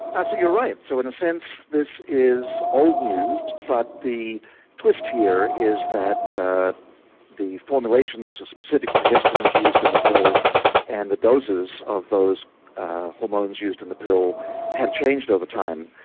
actually you're right. so in a sense this is old news, but the twist here is that the formulations, the specific progestins used in the pill and the doses of those hormones used in the pill have changed over time,